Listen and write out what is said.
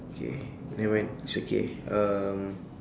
okay nevermind it's okay um